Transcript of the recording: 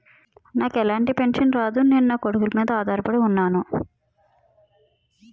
నాకు ఎలాంటి పెన్షన్ రాదు నేను నాకొడుకుల మీద ఆధార్ పడి ఉన్నాను